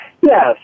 Yes